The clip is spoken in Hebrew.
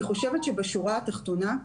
אני חושבת שבשורה התחתונה,